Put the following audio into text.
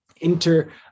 inter